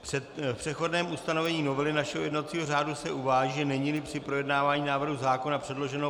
V přechodném ustanovení novely našeho jednacího řádu se uvádí, že neníli při projednávání návrhu zákona předloženého